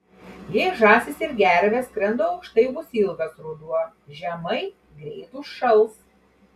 jei žąsys ir gervės skrenda aukštai bus ilgas ruduo žemai greit užšals